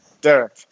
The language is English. Derek